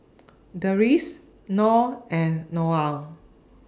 Deris Noh and Noah